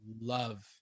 love